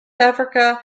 africa